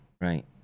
right